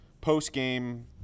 post-game